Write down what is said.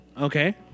Okay